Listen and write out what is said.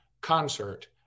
concert